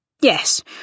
Yes